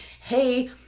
Hey